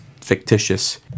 fictitious